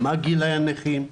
מה גילאי הנכים,